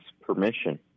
permission